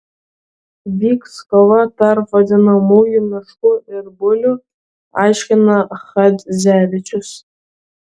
vyks kova tarp vadinamųjų meškų ir bulių aiškina chadzevičius